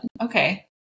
Okay